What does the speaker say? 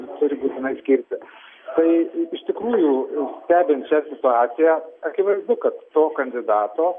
ir turi būtinai skirti tai iš tikrųjų stebint šią situaciją akivaizdu kad to kandidato